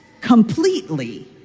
completely